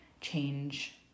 change